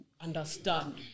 understand